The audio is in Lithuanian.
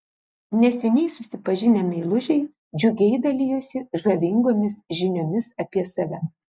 neseniai susipažinę meilužiai džiugiai dalijosi žavingomis žiniomis apie save